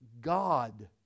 God